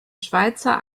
schweizer